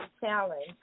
challenge